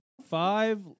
Five